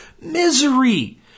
Misery